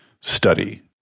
study